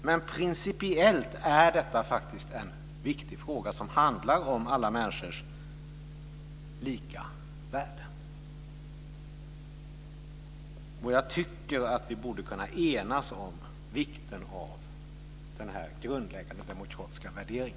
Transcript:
Men principiellt är detta faktiskt en viktig fråga, som handlar om alla människors lika värde. Jag tycker att vi borde kunna enas om vikten av denna grundläggande demokratiska värdering.